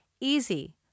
Easy